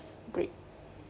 brick